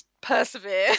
persevere